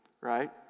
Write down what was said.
right